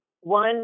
One